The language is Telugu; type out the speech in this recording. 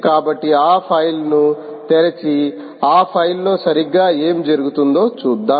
కాబట్టి ఆ ఫైల్ను తెరిచి ఆ ఫైల్ లో సరిగ్గా ఏమి జరుగుతుందో చూద్దాం